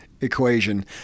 equation